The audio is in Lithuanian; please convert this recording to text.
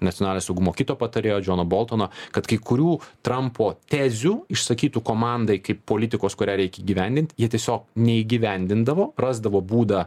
nacionalinio saugumo kito patarėjo džono boltono kad kai kurių trampo tezių išsakytų komandai kaip politikos kurią reikia įgyvendinti jie tiesiog neįgyvendindavo rasdavo būdą